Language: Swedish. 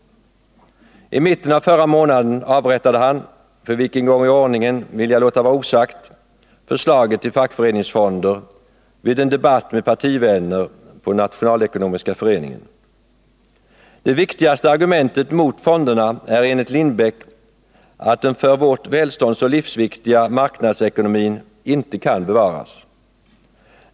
I mitten av förra månaden avrättade han — för vilken gång i ordningen vill jag låta vara osagt — förslaget till fackföreningsfonder, vid en debatt med partivänner på Nationalekonomiska föreningen. Det viktigaste argumentet mot fonderna är enligt Lindbeck att den för vårt välstånd så livsviktiga marknadsekonomin inte kan bevaras.